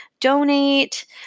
donate